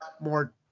more